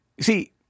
see